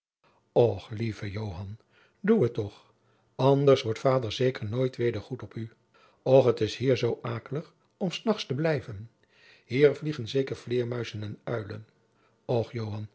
och lieve joan doe het toch anders wordt vader zeker nooit weder goed op u och het is hier zoo akelig om s nachts te blijven hier vliegen zeker vleêrmuizen en